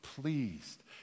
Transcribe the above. pleased